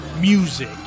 music